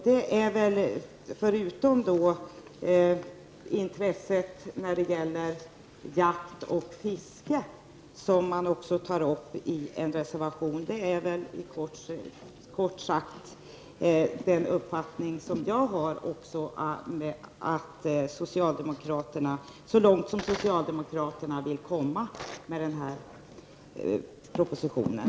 Det är väl så långt -- förutom intressen när det gäller jakt och fiske, som man också har tagit upp i en reservation -- som socialdemokraterna enligt min uppfattning vill komma med den här propositionen.